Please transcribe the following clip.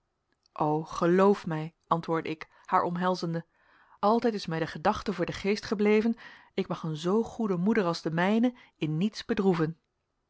o geloof mij antwoordde ik haar omhelzende altijd is mij de gedachte voor den geest gebleven ik mag een zoo goede moeder als de mijne in niets bedroeven